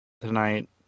tonight